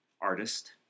artist